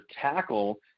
tackle